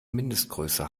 mindestgröße